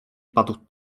padł